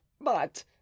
But